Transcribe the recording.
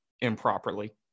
improperly